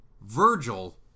Virgil